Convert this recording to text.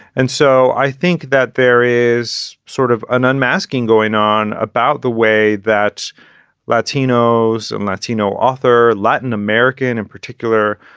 and so i think that there is sort of an unmasking going on about the way that latinos and latino author, latin american in particular,